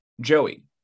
Joey